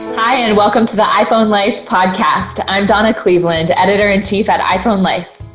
hi and welcome to the iphone life podcast. i'm donna cleveland editor in chief at iphone life.